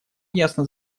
ясно